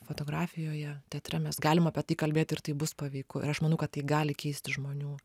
fotografijoje teatre mes galim apie tai kalbėt ir tai bus paveiku ir aš manau kad tai gali keisti žmonių